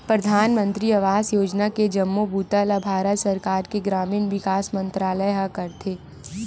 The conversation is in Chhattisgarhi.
परधानमंतरी आवास योजना के जम्मो बूता ल भारत सरकार के ग्रामीण विकास मंतरालय ह करथे